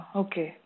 okay